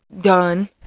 Done